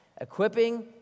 Equipping